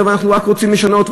אנחנו רק רוצים לשנות,